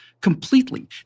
completely